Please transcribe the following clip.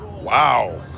Wow